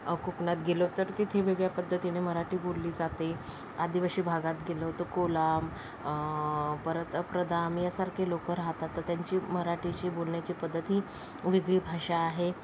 कोकणात गेलो तर तिथं वेगळ्या पद्धतीनी मराठी बोलली जाते आदिवासी भागात गेलो तर कोलाम परत प्रदाम यासारखे लोक राहतात तर त्यांची मराठीची बोलण्याची पद्धत ही वेगळी भाषा आहे